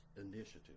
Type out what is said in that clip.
initiative